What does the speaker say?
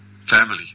family